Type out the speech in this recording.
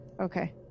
Okay